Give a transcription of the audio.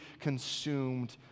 consumed